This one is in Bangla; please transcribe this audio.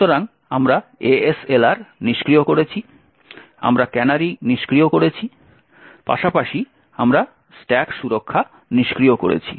সুতরাং আমরা ASLR নিষ্ক্রিয় করেছি আমরা ক্যানারি নিষ্ক্রিয় করেছি পাশাপাশি আমরা স্ট্যাক সুরক্ষা নিষ্ক্রিয় করেছি